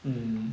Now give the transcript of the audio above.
um